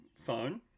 phone